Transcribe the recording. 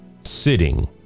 sitting